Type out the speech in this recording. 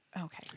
Okay